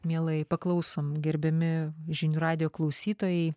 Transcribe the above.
mielai paklausom gerbiami žinių radijo klausytojai